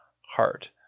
heart